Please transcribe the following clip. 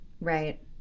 Right